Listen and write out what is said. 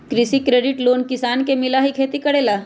कृषि credit loan किसान के मिलहई खेती करेला?